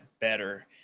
better